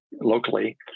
locally